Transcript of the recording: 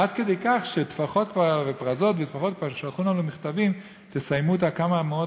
עד כדי כך ש"טפחות" ו"פרזות" שלחו לנו מכתבים: תסיימו את כמה המאות,